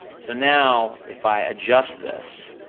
so now, if i adjust this,